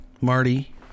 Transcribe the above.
Marty